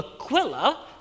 Aquila